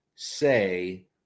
say